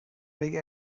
بگین